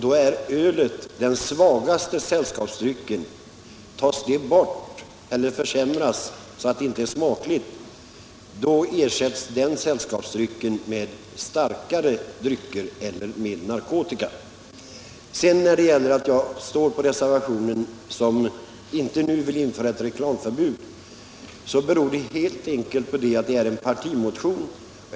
Då är ölet den svagaste drycken. Tas det bort eller försämras så att det inte är smakligt, ersätts den sällskapsdrycken med starkare drycker eller med narkotika. Att jag står bakom reservationen men inte nu vill införa reklamförbud beror helt enkelt på att det är fråga om en partimotion.